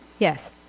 Yes